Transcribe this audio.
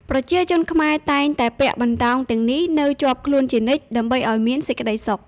ប្រជាជនខ្មែរតែងតែពាក់បន្តោងទាំងនេះ នៅជាប់ខ្លួនជានិច្ច ដើម្បីឱ្យមានសេចក្ដីសុខ។